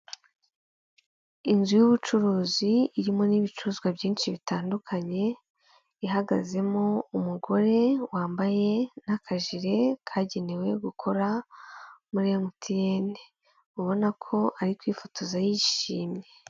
Inzu y'ubucuruzi irimo n'ibicuruzwa byinshi bitandukanye, ihagazemo umugore wambaye n'akajire kagenewe gukora muri MTN, ubona ko ari kwifotoza yishimye.